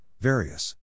various